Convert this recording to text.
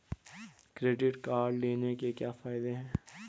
Credit card लेने के क्या फायदे हैं?